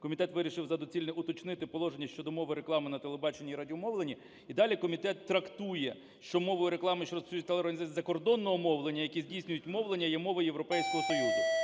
Комітет вирішив за доцільне уточнити положення щодо мови реклами на телебаченні і радіомовленні. І далі комітет трактує, що мовою реклами, що розповсюджується телерадіоорганізаціями закордонного мовлення, які здійснюють мовлення, є мова Європейського Союзу.